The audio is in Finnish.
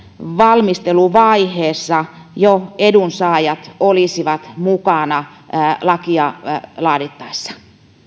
valmisteluvaiheessa edunsaajat olisivat mukana lakia laadittaessa